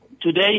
Today